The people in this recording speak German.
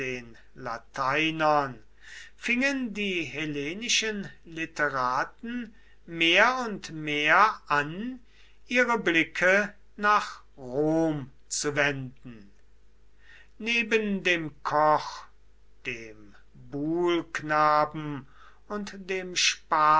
lateinern fingen die hellenischen literaten mehr und mehr an ihre blicke nach rom zu wenden neben dem koch dem buhlknaben und dem